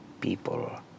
People